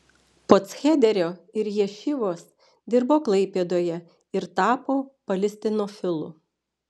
po chederio ir ješivos dirbo klaipėdoje ir tapo palestinofilu